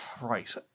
right